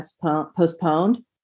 postponed